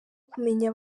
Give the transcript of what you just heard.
kumenya